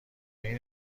این